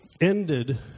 ended